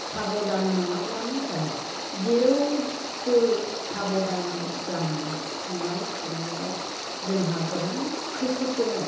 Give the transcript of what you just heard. साबधान नङाब्लानो जाया जेरावबो सबधान जानांगौ संनाय खावनायाव जोंहा गोबां खैफोद दङ